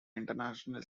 international